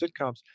sitcoms